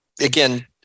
again